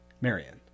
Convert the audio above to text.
Marion